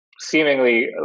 seemingly